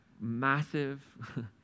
massive